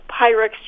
Pyrex